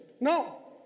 No